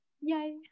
Yay